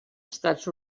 estats